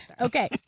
okay